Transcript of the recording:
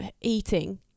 eating